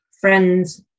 friends